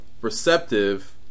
receptive